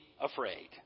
afraid